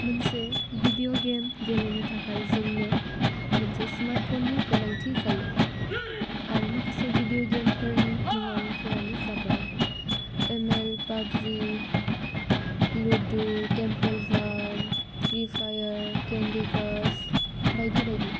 मोनसे video game गेलेनो थाखाय जोंनो मोनसे स्मार्टफ'ननि गोनांथि जायो आरो माखासे भिडिय' गेमफोरनि मुंफोरानो जाबाय ML PUBG ludo Temple Run Free Fire Candy Crush बायदि बायदि